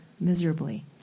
miserably